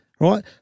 Right